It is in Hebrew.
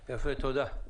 תודה.